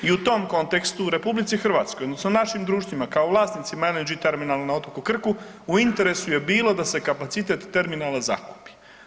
I u tom kontekstu, u RH odnosno u našim društvima kao vlasnicima LNG terminala na otoku Krku u interesu je bilo da se kapacitet terminala zakupi.